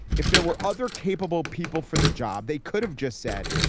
if there were other capable people for the job, they could have just said,